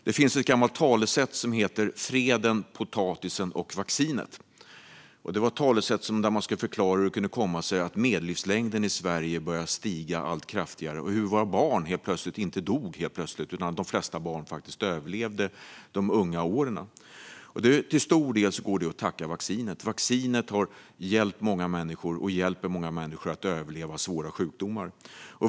Det finns ett gammalt talesätt som heter "freden, potatisen och vaccinet". Med detta talesätt skulle man förklara hur det kunde komma sig att medellivslängden i Sverige började stiga allt kraftigare och att våra barn inte dog helt plötsligt - de flesta barn överlevde de unga åren. Till stor del går det att tacka vaccinet. Vaccinet har hjälpt - och hjälper - många människor att överleva svåra sjukdomar.